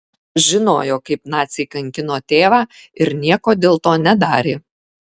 žinojo kaip naciai kankino tėvą ir nieko dėl to nedarė